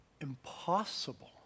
impossible